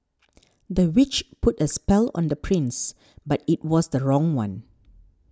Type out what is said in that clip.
the witch put a spell on the prince but it was the wrong one